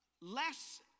less